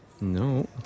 No